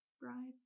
bride